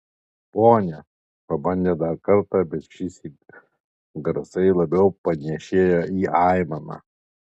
pone pabandė dar kartą bet šįsyk garsai labiau panėšėjo į aimaną